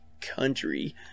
Country